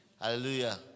hallelujah